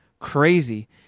crazy